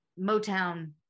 Motown